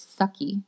sucky